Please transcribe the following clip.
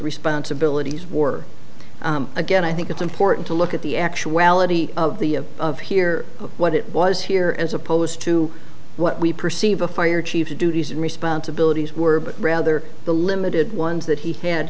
responsibilities were again i think it's important to look at the actuality of the of of here what it was here as opposed to what we perceive a fire chief to duties and responsibilities were but rather the limited ones that he had